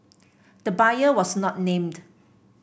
the buyer was not named